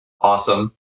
awesome